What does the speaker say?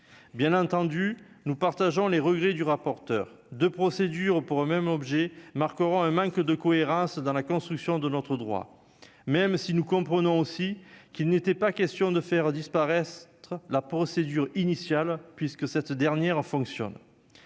bien entendu, nous partageons les regrets du rapporteur de procédure pour eux-mêmes objets marqueront un manque de cohérence dans la construction de notre droit, même si nous comprenons aussi qui n'était pas question de faire disparaissent, la procédure initiale, puisque cette dernière a fonctionne